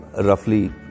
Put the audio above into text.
Roughly